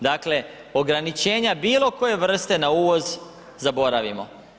Dakle ograničenja bilo koje vrste na uvoz zaboravimo.